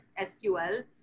SQL